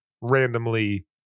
randomly